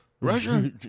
Russia